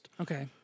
Okay